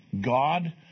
God